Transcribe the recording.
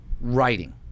writing